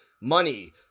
money